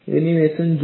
animation જુઓ